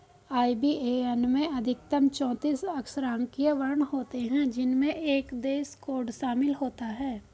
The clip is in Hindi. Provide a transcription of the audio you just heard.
आई.बी.ए.एन में अधिकतम चौतीस अक्षरांकीय वर्ण होते हैं जिनमें एक देश कोड शामिल होता है